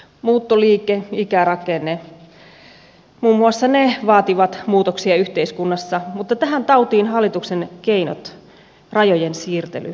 muuttoliike ikärakenne muun muassa vaativat muutoksia yhteiskunnassa mutta tähän tautiin hallituksen keinot rajojen siirtely eivät pure